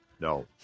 No